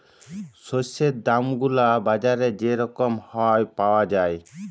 শস্যের দাম গুলা বাজারে যে রকম হ্যয় পাউয়া যায়